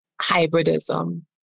hybridism